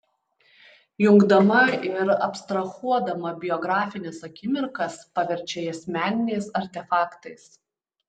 jungdama ir abstrahuodama biografines akimirkas paverčia jas meniniais artefaktais